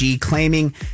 claiming